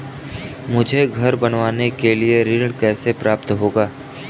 मुझे घर बनवाने के लिए ऋण कैसे प्राप्त होगा?